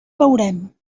veurem